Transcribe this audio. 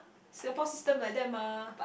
Singapore system like that mah